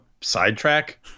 Sidetrack